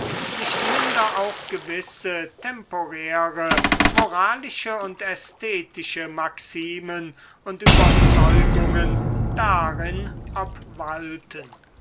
nicht minder auch gewisse temporäre moralische und ästhetische maximen und überzeugungen darin obwalten